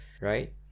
Right